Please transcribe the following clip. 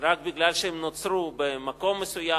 רק מפני שהם נוצרו במקום מסוים.